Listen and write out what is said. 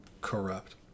corrupt